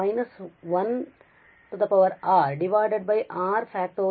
nr